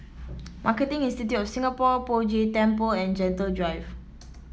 Marketing Institute of Singapore Poh Jay Temple and Gentle Drive